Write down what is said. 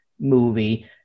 movie